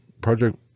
project